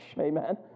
Amen